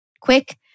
quick